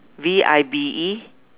V I B E